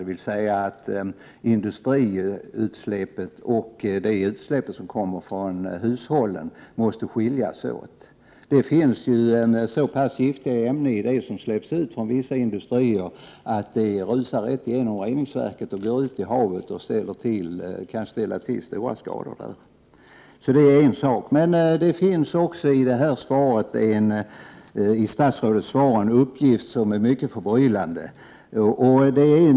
Det vill säga att industriutsläppen och de utsläpp som kommer från hushållen måste skiljas åt. I det som släpps ut från vissa industrier finns så giftiga ämnen att de rusar rakt igenom reningsverken och går ut i havet och kan ställa till stora skador där. Det finns i statsrådets svar också en uppgift som är mycket förbryllande.